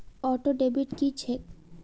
Auto debit की छैक?